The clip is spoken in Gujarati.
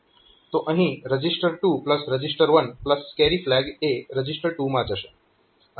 તો અહીં રજીસ્ટર 2રજીસ્ટર 1કેરી ફ્લેગ એ રજીસ્ટર 2 માં જશે